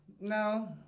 No